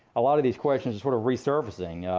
a lot of these questions are sort of resurfacing.